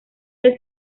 del